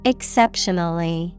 Exceptionally